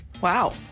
Wow